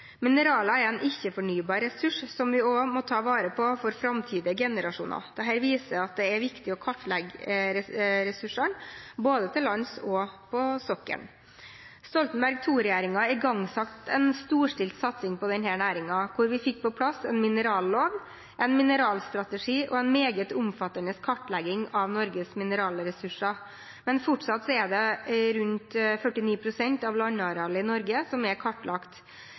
Mineraler er en ikke-fornybar ressurs, som vi også må ta vare på for framtidige generasjoner. Dette viser at det er viktig å kartlegge ressursene, både til lands og på sokkelen. Stoltenberg II-regjeringen igangsatte en storstilt satsing på denne næringen, hvor vi fikk på plass en minerallov, en mineralstrategi og en meget omfattende kartlegging av Norges mineralressurser. Men fortsatt er det rundt 49 pst. av landarealet i Norge som er kartlagt.